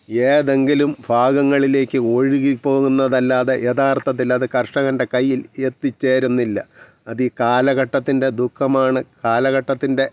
ഏതെങ്കിലും ഭാഗങ്ങളിലേക്ക് ഒഴുകി പോകുന്നതല്ലാതെ യഥാർത്ഥത്തിൽ അത് കർഷകൻ്റെ കയ്യിൽ എത്തി ചേരുന്നില്ല അത് ഈ കാലഘട്ടത്തിൻ്റെ ദുഖമാണ് കാലഘട്ടത്തിൻ്റെ